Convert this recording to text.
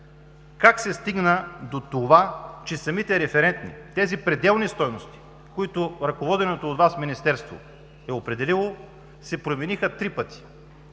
Как се стигна до това, че самите референтни стойности, които ръководеното от Вас Министерство е определило, се промениха три пъти